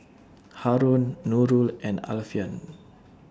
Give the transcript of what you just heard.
Haron Nurul and Alfian